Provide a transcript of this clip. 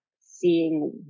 seeing